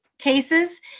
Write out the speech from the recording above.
Cases